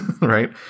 right